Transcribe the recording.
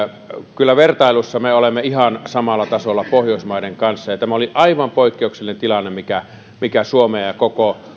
kyllä vertailussa me olemme ihan samalla tasolla pohjoismaiden kanssa ja ja tämä oli aivan poikkeuksellinen tilanne mikä mikä suomea ja koko